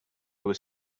was